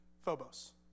Phobos